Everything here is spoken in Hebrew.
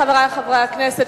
חברי חברי הכנסת,